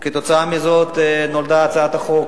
וכתוצאה מזה נולדה הצעת החוק.